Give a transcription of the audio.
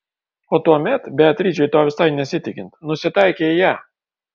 o tuomet beatričei to visai nesitikint nusitaikė į ją